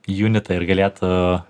junitą ir galėtų